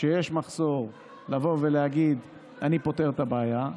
כשיש מחסור, לבוא ולהגיד: אני פותר את הבעיה,